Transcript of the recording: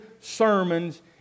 sermons